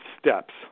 steps